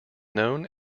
known